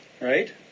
right